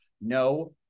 no